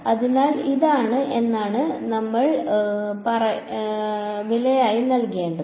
അതിനാൽ ഇതാണ് എന്നാൽ നമ്മൾ എന്താണ് വിലയായി നൽകേണ്ടത്